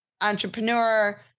entrepreneur